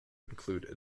include